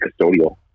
custodial